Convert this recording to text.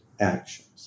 actions